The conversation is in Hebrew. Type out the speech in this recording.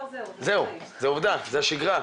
זהו, זו עובדה, זו שגרה,